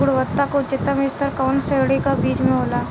गुणवत्ता क उच्चतम स्तर कउना श्रेणी क बीज मे होला?